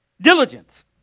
Diligence